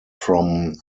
from